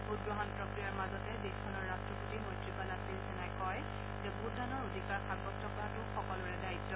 ভোটগ্ৰহণ প্ৰক্ৰিয়াৰ মাজতে দেশখনৰ ৰট্টপতি মৈত্ৰীপালা ছিৰিসেনাই কয় যে ভোটদানৰ অধিকাৰ সাব্যস্ত কৰাটো সকলোৰে দায়িত্ব